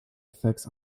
effects